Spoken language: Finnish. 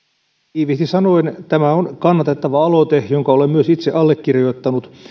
tiiviisti sanoen tämä on kannatettava aloite jonka olen myös itse allekirjoittanut